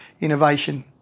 innovation